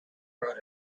road